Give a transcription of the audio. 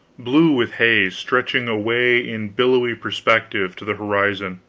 blue with haze, stretching away in billowy perspective to the horizon,